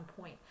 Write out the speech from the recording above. point